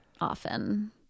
often